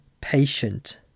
patient